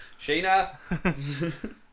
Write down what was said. Sheena